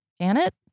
Janet